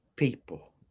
People